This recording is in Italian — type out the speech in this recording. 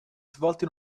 svolto